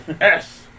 yes